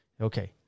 Okay